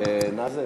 כבוד השרים,